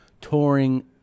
touring